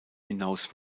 hinaus